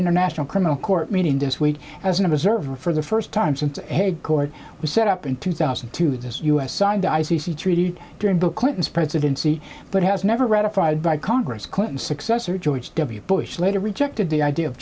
international criminal court meeting this week as an observer for the first time since a court was set up in two thousand and two this us signed the i c c treated during bill clinton's presidency but has never ratified by congress clinton's successor george w bush later rejected the idea of